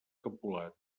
capolat